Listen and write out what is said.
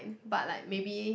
but like maybe